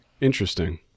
Interesting